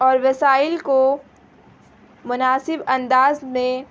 اور وسائل کو مناسب انداز میں